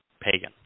Pagan